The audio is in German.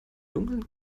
dunkeln